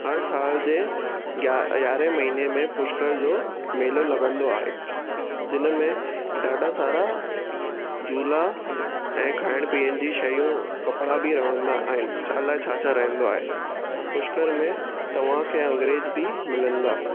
हर साल जे ग्या यारहें महीने में पुष्कर जो मेलो लॻंदो आहे जिन में ॾाढा सारा झूला ऐं खाइण पीअण जी शयूं कपिड़ा बि रहंदा आहिनि अलाए छा छा रहंदो आहे पुष्कर में तव्हांखे अंग्रेज बि मिलंदा